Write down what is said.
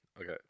okay